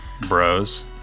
bros